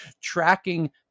tracking